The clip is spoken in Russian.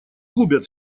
губят